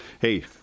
hey